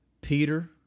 Peter